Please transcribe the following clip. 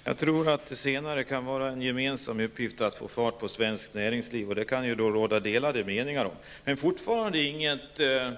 Fru talman! Jag tror att det senare kan vara en gemensam uppgift att få fart på svenskt näringsliv. Detta kan det råda delade meningar om. Arbetsmarknadsministern gav inte heller i sitt senaste inlägg någon